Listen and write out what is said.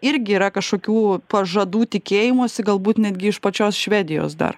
irgi yra kažkokių pažadų tikėjimosi galbūt netgi iš pačios švedijos dar